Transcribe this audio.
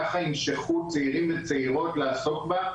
ככה ימשכו צעירים וצעירות לעסוק בה,